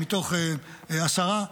מתוך עשרה,